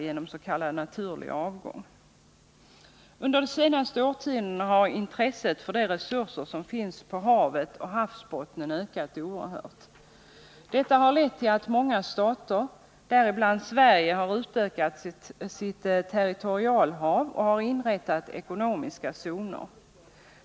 Även vid Volvo har man Under de senaste årtiondena har intresset för de resurser som finns i havet och på havsbottnen ökat oerhört. Många stater, däribland Sverige, har därför utökat sitt territorialhav och inrättat ekonomiska zoner.